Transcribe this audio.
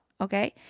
okay